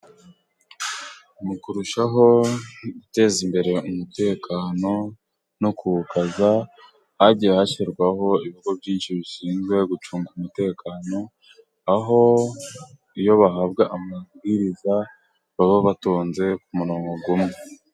Mu kurushaho guteza imbere umutekano no kuwukaza hagiye hashyirwaho ibigo byinshi bishinzwe gucunga umutekano aho iyo bahabwa amabwiriza baba batonze ku murongo umwe.